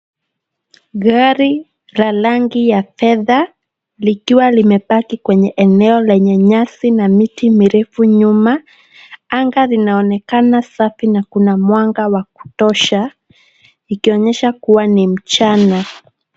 Gari la rangi ya fedha likiwa limepaki kwenye eneo lenye nyasi na miti mirefu nyuma, anga linaonekana safi na kuna mwanga wa kutosha ikionyesha kuwa ni mchana.